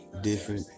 different